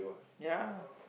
ya